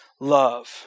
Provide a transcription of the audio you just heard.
love